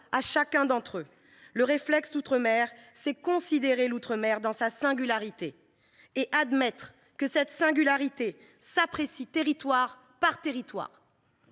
à chacun d’entre eux. Le « réflexe outre mer », c’est considérer l’outre mer dans sa singularité ; c’est aussi admettre que cette singularité s’apprécie territoire par territoire